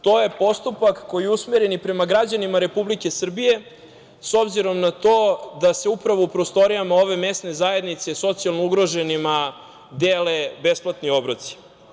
To je postupak koji je usmeren i prema građanima Republike Srbije, s obzirom na to da se upravo u prostorijama ove mesne zajednice socijalno ugroženima dele besplatni obroci.